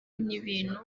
y’ibintu